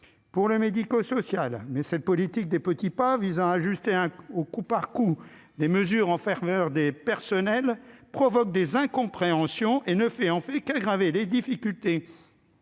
secteur médico-social, mais cette politique des petits pas visant à ajuster au coup par coup des mesures en faveur du personnel provoque des incompréhensions et ne fait qu'aggraver les difficultés